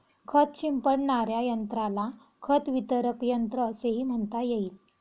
खत शिंपडणाऱ्या यंत्राला खत वितरक यंत्र असेही म्हणता येईल